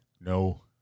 No